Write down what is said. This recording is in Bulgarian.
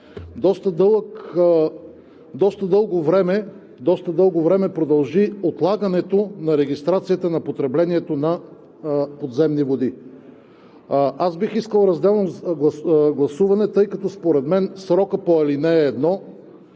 доста дълго време продължи отлагането на регистрацията на потреблението на подземни води. Аз бих искал разделно гласуване, тъй като според мен срокът по ал. 1 от